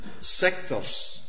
sectors